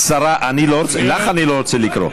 השרה, לך אני לא רוצה לקרוא.